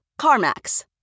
CarMax